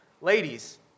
Ladies